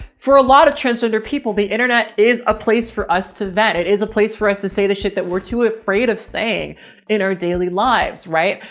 for a lot of transgender people, the internet is a place for us to vet. it is a place for us to say the shit that we're too afraid of saying in our daily lives. right.